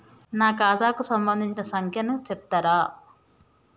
నా ఖాతా కు సంబంధించిన సంఖ్య ను చెప్తరా?